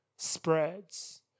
spreads